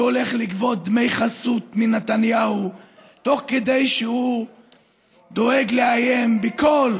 והולך לגבות דמי חסות מנתניהו תוך כדי שהוא דואג לאיים בקול,